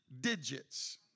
digits